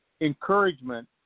encouragement